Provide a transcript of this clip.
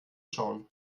schauen